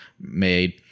made